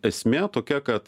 esmė tokia kad